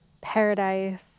paradise